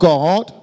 God